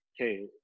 okay